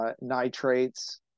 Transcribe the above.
nitrates